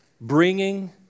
bringing